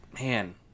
man